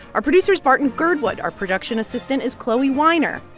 our producer is barton girdwood. our production assistant is chloe weiner.